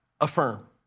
affirm